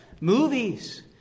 movies